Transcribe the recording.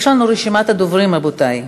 יש לנו רשימת דוברים, רבותי.